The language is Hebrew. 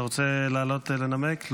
אתה רוצה לעלות ולנמק?